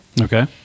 Okay